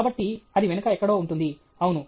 కాబట్టి అది వెనుక ఎక్కడో ఉంటుంది అవును